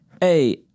Hey